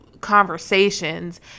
conversations